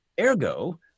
Ergo